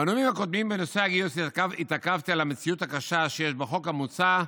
בנאומים הקודמים בנושא הגיוס התעכבתי על המציאות הקשה שיש בחוק המוצע,